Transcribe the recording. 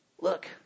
look